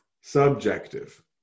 subjective